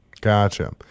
Gotcha